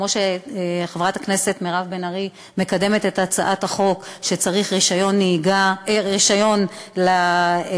וחברת הכנסת מירב בן ארי מקדמת את הצעת החוק שתחייב רישיון לאופניים,